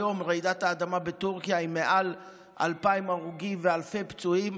היום רעידת אדמה בטורקיה עם מעל 2,000 הרוגים ואלפי פצועים,